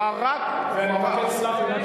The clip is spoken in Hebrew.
אה, יצחק כהן.